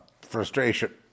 frustration